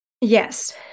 Yes